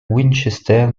winchester